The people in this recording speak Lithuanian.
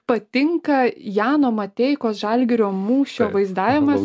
patinka jano mateikos žalgirio mūšio vaizdavimas